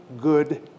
good